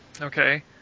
Okay